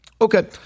Okay